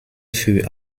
für